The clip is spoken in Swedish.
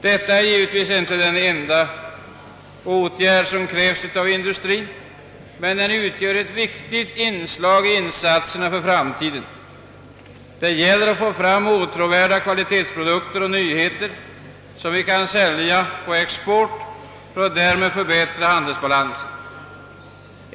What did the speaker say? Detta är givetvis inte den enda åtgärd som krävs av industrien, men den utgör ett viktigt inslag i insatserna för framtiden. Det gäller att få fram åtråvärda kvalitetsprodukter och nyheter, som vi kan sälja på export och därmed förbättra vår handelsbalans.